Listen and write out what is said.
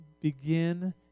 begin